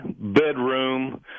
bedroom